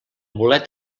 bolet